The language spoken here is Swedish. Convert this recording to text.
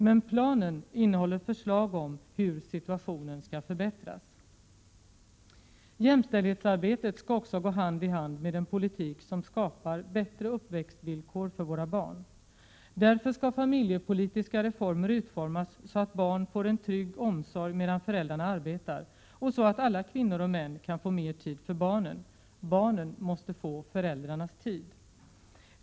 Men planen innehåller förslag om hur situationen skall förbättras. Jämställdhetsarbetet skall också gå hand i hand med en politik som skapar bättre uppväxtvillkor för våra barn. Därför skall familjepolitiska reformer utformas så att barnen får en trygg omsorg medan föräldrarna arbetar och så att alla kvinnor och män kan få mer tid för barnen. Barnen måste få föräldrarnas tid.